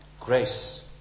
Grace